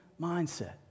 mindset